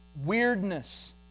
weirdness